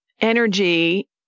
energy